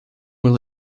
will